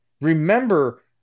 Remember